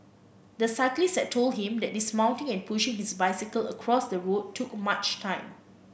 the cyclist had told him that dismounting and pushing his bicycle across the road took too much time